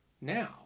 now